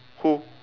who